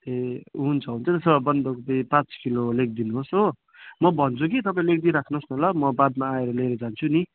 ए हुन्छ हुन्छ त्यसो स बन्दकोपी पाँच किलो लेखिदिनु होस् हो म भन्छु कि तपाईँ लेखिदिई राख्नुहोस् न ल म बादमा आएर लिएर जान्छु नि